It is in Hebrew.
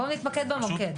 בואו נתמקד במוקד.